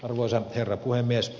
arvoisa herra puhemies